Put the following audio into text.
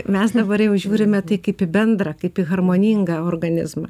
mes dabar jau žiūrime tai kaip į bendrą kaip į harmoningą organizmą